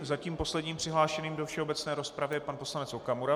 Zatím posledním přihlášeným do všeobecné rozpravy je pan poslanec Okamura.